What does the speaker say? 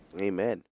Amen